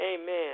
Amen